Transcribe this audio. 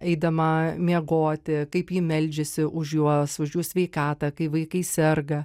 eidama miegoti kaip ji meldžiasi už juos už jų sveikatą kai vaikai serga